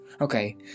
Okay